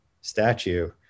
Statue